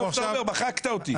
מחקת אותי.